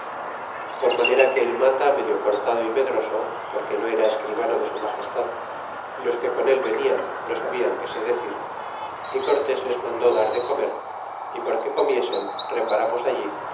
fon manera que el mata medio cortado é medroso porque no era escribano de su magestad y los que con él venian no sabian que se decir y cortés les mandó dar de comer y porque comiesen reparamos allí